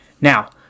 Now